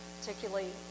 particularly